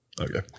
Okay